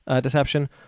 deception